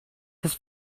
his